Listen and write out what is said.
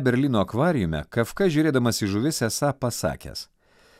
berlyno akvariume kafka žiūrėdamas į žuvis esą pasakęs